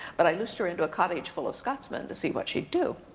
but i noosed her into a cottage full of scotsmen to see what she'd do.